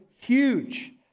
huge